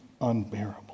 unbearable